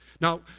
Now